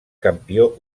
campió